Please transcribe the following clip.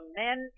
men